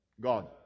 God